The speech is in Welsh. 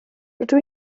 rydw